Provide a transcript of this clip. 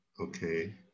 Okay